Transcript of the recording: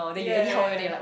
ya ya ya ya